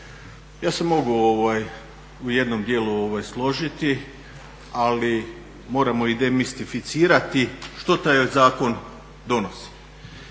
Ja se mogu u jednom dijelu složiti, ali moramo i demistificirati što taj zakon donosi.